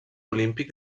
olímpic